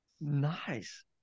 Nice